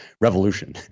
revolution